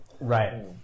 right